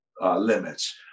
limits